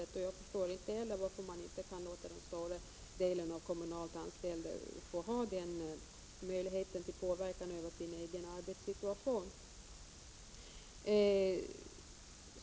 Jag förstår inte heller varför man inte kan låta den stora delen av kommunalt anställda få ha den möjligheten till påverkan över sin egen arbetssituation.